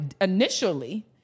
initially